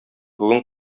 бүген